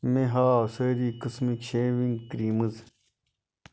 مےٚ ہاو سٲری قٕسمٕکۍ شیٖوِنٛگ کرٛیٖمٕز